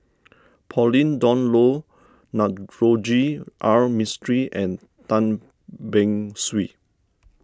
Pauline Dawn Loh Navroji R Mistri and Tan Beng Swee